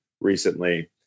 recently